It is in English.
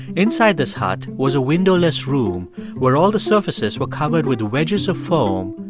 inside this hut was a windowless room where all the surfaces were covered with wedges of foam,